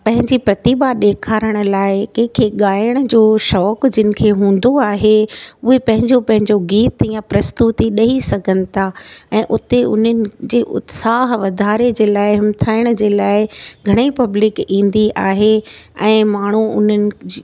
पंहिंजी प्रतिभा ॾेखारण लाइ कंहिंखे ॻाइंण जो शौंक़ु जिन खे हूंदो आहे उहे पंहिंजो पंहिंजो गीत या प्रस्तुति ॾई सघनि था ऐं उते उन्हनि जे उत्साह वधारे जे लाइ हिमथाइण जे लाइ घणे ई पब्लिक ईंदी आहे ऐं माण्हू उन्हनि